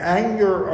anger